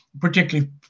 particularly